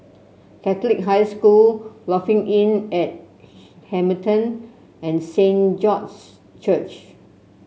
Catholic High School Lofi Inn at Hamilton and Saint George's Church